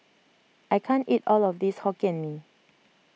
I can't eat all of this Hokkien Mee